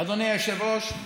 אדוני היושב-ראש,